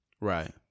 Right